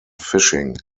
fishing